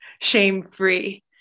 shame-free